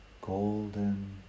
golden